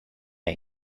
and